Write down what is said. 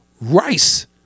Rice